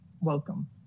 welcome